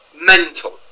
mental